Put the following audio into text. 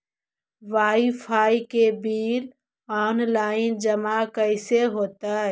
Wifi के bill online जमा कैसे होतै?